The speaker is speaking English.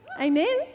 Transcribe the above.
Amen